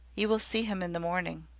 you will see him in the morning.